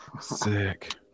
Sick